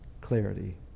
clarity